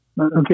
Okay